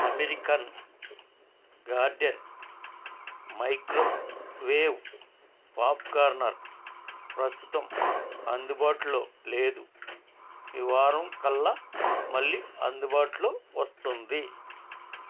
American Garden microwave popcorn ప్రస్తుతం అందుబాటులో లేదు ఈ వారం కల్లా మళ్ళీ అందుబాటులో వస్తుంది